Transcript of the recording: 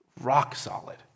rock-solid